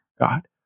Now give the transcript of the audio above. God